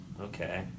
Okay